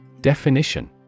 Definition